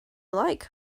like